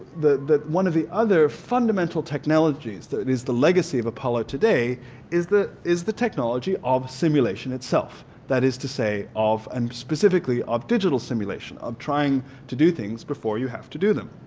that one of the other fundamental technologies that and is the legacy of apollo today is the is the technology of simulation itself. that is to say of, and specifically of digital simulation, of trying to do things before you have to do them.